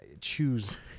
choose